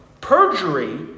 perjury